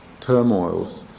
turmoils